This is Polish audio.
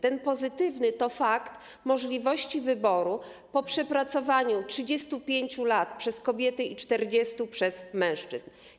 Ten pozytywny to możliwość wyboru po przepracowaniu 35 lat przez kobiety i 40 przez mężczyzn.